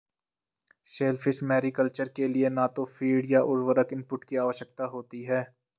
shellfish mariculture के लिए न तो फ़ीड या उर्वरक इनपुट की आवश्यकता होती है